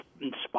inspire